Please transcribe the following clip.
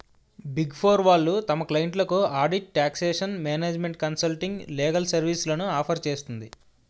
big four వాళ్ళు తమ క్లయింట్లకు audit, taxation, management consulting, legal సర్వీస్లను ఆఫర్ చేస్తుంది